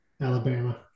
Alabama